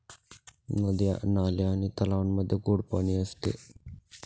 नद्या, नाले आणि तलावांमध्ये गोड पाणी असते